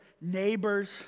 neighbor's